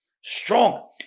strong